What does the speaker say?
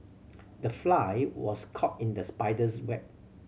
the fly was caught in the spider's web